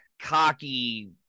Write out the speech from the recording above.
cocky